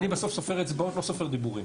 ואני בסוף סופר אצבעות נוסף על דיבורים.